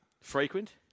Frequent